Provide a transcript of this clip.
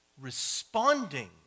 responding